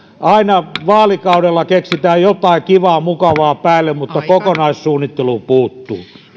aina vaalikaudella keksitään jotain kivaa mukavaa päälle mutta kokonaissuunnittelu puuttuu